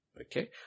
Okay